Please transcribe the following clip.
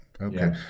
Okay